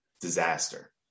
disaster